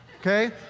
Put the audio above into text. Okay